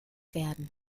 werden